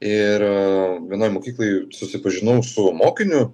ir vienoj mokykloj susipažinau su mokiniu